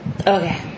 Okay